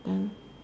then